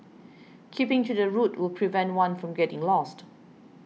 keeping to the route will prevent one from getting lost